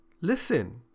listen